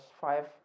five